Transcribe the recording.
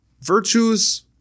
Virtues